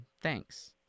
Thanks